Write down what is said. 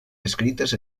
escrites